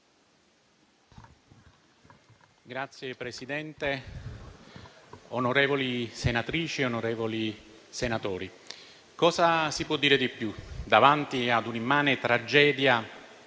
Signor Presidente, onorevoli senatrici, onorevoli senatori, cosa si può dire di più davanti a un'immane tragedia